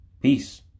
Peace